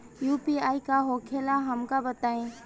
UPI का होखेला हमका बताई?